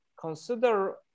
consider